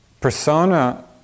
Persona